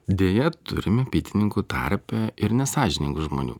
deja turime bitininkų tarpe ir nesąžiningų žmonių